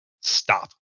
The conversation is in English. stop